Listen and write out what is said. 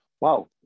Wow